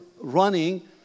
running